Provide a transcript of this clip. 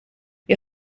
wir